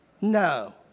No